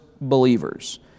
believers